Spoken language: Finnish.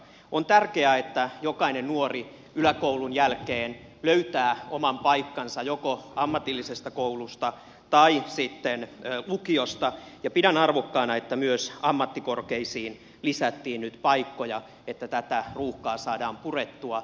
on tärkeää että jokainen nuori yläkoulun jälkeen löytää oman paikkansa joko ammatillisesta koulusta tai sitten lukiosta ja pidän arvokkaana että myös ammattikorkeisiin lisättiin nyt paikkoja että tätä ruuhkaa saadaan purettua